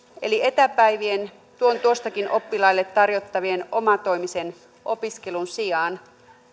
eli etäpäivien tuon tuostakin oppilaille tarjottavan omatoimisen opiskelun sijaan